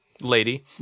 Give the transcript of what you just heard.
Lady